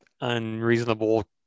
unreasonable